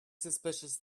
suspicious